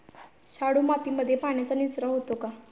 शाडू मातीमध्ये पाण्याचा निचरा होतो का?